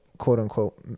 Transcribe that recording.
quote-unquote